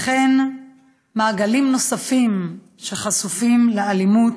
וכן מעגלים נוספים שחשופים לאלימות,